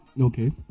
Okay